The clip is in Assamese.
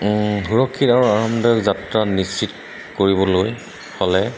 সুৰক্ষিত আৰু আৰামদায়ক যাত্ৰা নিশ্চিত কৰিবলৈ হ'লে